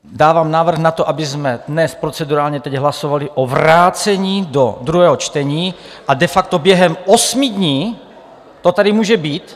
Dávám návrh na to, abychom dnes procedurálně teď hlasovali o vrácení do druhého čtení, a de facto během osmi dní to tady může být.